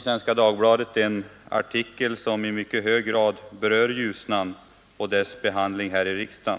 Svenska Dagbladet i går fanns det en artikel som i mycket hög grad berör Ljusnan och dess behandling här i riksdagen.